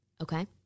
okay